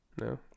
No